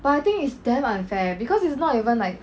but I think is damn unfair because it's not even like